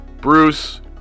Bruce